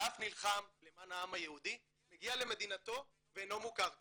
ואף נלחם למען העם היהודי מגיע למדינתו ואינו מוכר כיהודי.